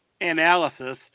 analysis